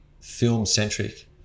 film-centric